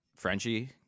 Frenchie